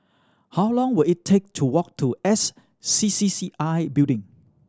how long will it take to walk to S C C C I Building